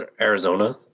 Arizona